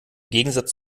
gegensatz